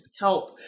help